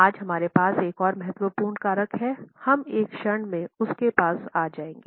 आज हमारे पास एक और महत्वपूर्ण कारक है हम एक क्षण में उसके पास आ जाएंगे